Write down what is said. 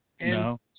No